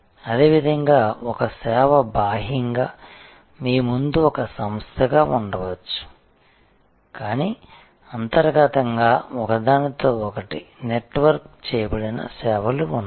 అదేవిధంగా ఒక సేవ బాహ్యంగా మీ ముందు ఒక సంస్థగా ఉండవచ్చు కానీ అంతర్గతంగా ఒకదానితో ఒకటి నెట్వర్క్ చేయబడిన సేవలు ఉన్నాయి